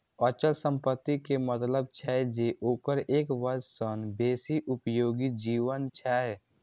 अचल संपत्ति के मतलब छै जे ओकर एक वर्ष सं बेसी उपयोगी जीवन छै